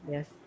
Yes